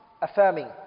affirming